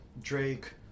Drake